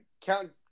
Count